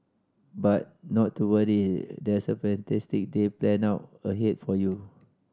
but not to worry there's a fantastic day planned out ahead for you